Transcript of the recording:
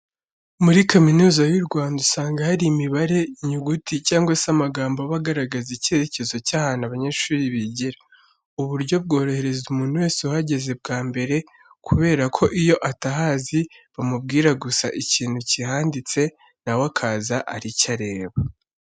Muri Kaminuza y'u Rwanda usanga hari imibare, inyuguti cyangwa se amagambo aba agaragaza icyerekezo cy'ahantu abanyeshuri bigira. Ubu buryo bworohereza umuntu wese uhageze bwa mbere kubera ko iyo atahazi, bamubwira gusa ikintu kihanditse na we akaza ari cyo areba.